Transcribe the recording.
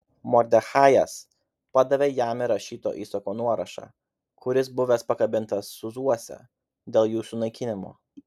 mordechajas padavė jam ir rašyto įsako nuorašą kuris buvęs pakabintas sūzuose dėl jų sunaikinimo